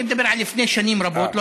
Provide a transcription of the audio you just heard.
אני מדבר על לפני שנים רבות,